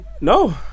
No